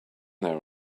there